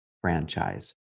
franchise